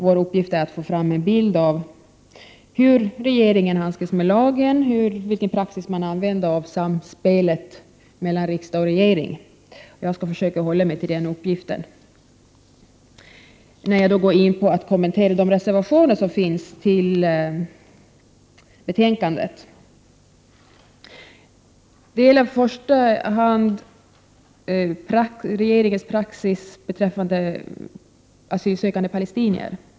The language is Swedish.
Vår uppgift är att ta fram en bild av hur regeringen handskas med lagen och vilken praxis som används samt samspelet mellan riksdag och regering. Jag skall försöka hålla mig till denna uppgift när jag kommenterar de reservationer som har fogats till betänkandet. Det gäller först regeringens praxis beträffande asylsökande palestinier.